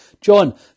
John